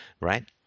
right